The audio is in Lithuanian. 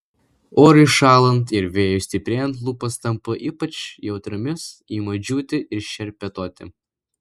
orui šąlant ir vėjui stiprėjant lūpos tampa ypač jautriomis ima džiūti ir šerpetoti